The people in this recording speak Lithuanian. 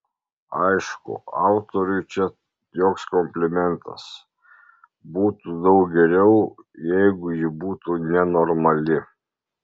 aišku autoriui čia joks komplimentas būtų daug geriau jeigu ji būtų nenormali